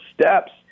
steps